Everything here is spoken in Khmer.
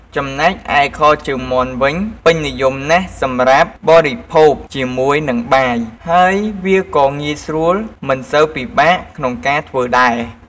ចំណែកឯ ខជើងមាន់វិញពេញនិយមណាស់សម្រាប់បរិភៅគជាមួយនឹងបាយ ហើយវាក៏ងាយស្រួលមិនសូវពិបាកក្នុងការធ្វើដែរ។